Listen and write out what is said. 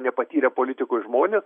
nepatyrę politikoj žmonės